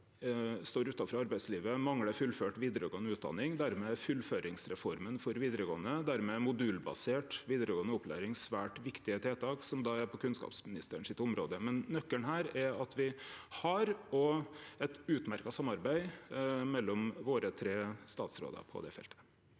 står utanfor arbeidslivet, manglar fullført vidaregåande utdanning. Dermed er fullføringsreforma for vidaregåande og modulbasert vidaregåande opplæring svært viktige tiltak, som er på kunnskapsministerens område, men nøkkelen her er at me har eit utmerkt samarbeid mellom våre tre statsrådar på det feltet.